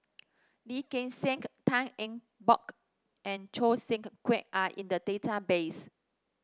Lee Gek Seng Tan Eng Bock and Choo Seng Quee are in the database